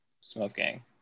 smoking